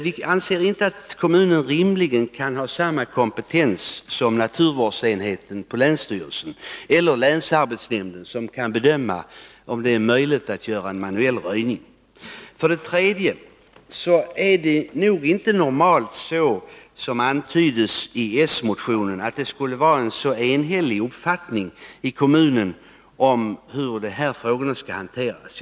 Vi menar inte heller att kommunen rimligen kan ha samma kompetens som naturvårdsenheten på länsstyrelsen eller länsarbetsnämnden när det gäller att bedöma om det är möjligt att göra en manuell röjning. Vidare är det nog inte normalt, såsom man antyder i s-motionen, att det skulle vara en enhällig uppfattning i kommunen om hur de här frågorna skall hanteras.